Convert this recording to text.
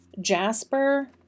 jasper